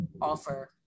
offer